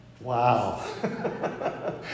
Wow